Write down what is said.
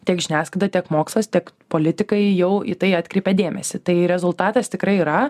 tiek žiniasklaida tiek mokslas tiek politikai jau į tai atkreipė dėmesį tai rezultatas tikrai yra